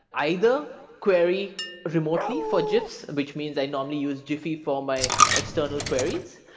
either query remotely for gifs, which means i normally use giphy for my external queries.